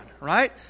right